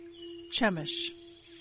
Chemish